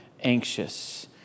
anxious